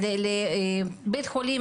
למניינם,